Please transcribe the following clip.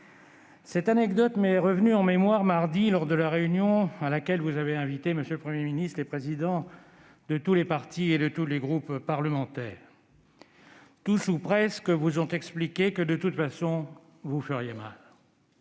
Cette anecdote m'est revenue en mémoire mardi dernier, lors de la réunion à laquelle vous aviez invité, monsieur le Premier ministre, les présidents de tous les partis et de tous les groupes parlementaires. Tous, ou presque, vous ont expliqué que, de toute façon, vous feriez mal.